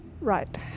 Right